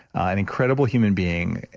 an incredible human being.